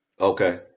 Okay